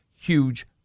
huge